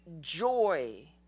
joy